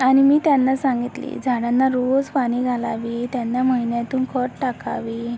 आनि मी त्यांना सांगितले झाडांना रोस पानी घालावे त्यांना महिन्यातून खत टाकावे